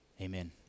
Amen